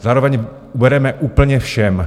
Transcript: Zároveň ubereme úplně všem.